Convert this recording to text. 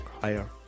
Higher